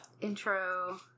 Intro